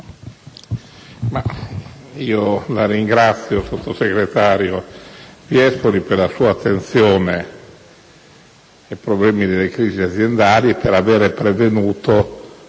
ringrazio il sottosegretario Viespoli per la sua attenzione ai problemi delle crisi aziendale e per aver prevenuto